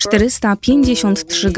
453